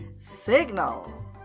Signal